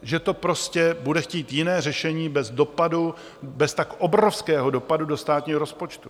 Že to prostě bude chtít jiné řešení bez dopadu, bez tak obrovského dopadu do státního rozpočtu.